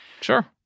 Sure